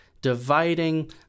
dividing